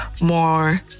more